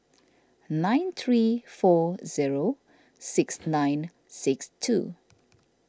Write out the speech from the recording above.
nine three four zero six nine six two